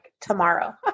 tomorrow